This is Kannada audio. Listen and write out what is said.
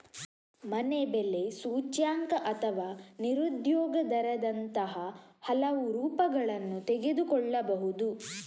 ಮನೆ ಬೆಲೆ ಸೂಚ್ಯಂಕ ಅಥವಾ ನಿರುದ್ಯೋಗ ದರದಂತಹ ಹಲವು ರೂಪಗಳನ್ನು ತೆಗೆದುಕೊಳ್ಳಬಹುದು